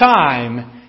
time